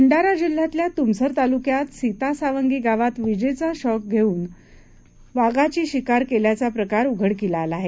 भंडारा जिल्ह्यातल्या तुमसर तालुक्यात सीतासावगी गावात विजेचा शॉक देऊन वाघाची शिकार केल्याचा प्रकार उघडकीला आला आहे